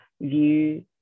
view